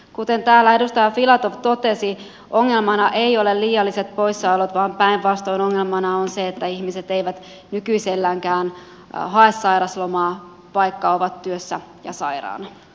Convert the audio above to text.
kuten täällä edustaja filatov totesi ongelmana eivät ole liialliset poissaolot vaan päinvastoin ongelmana on se että ihmiset eivät nykyiselläänkään hae sairauslomaa vaikka ovat työssä ja sairaana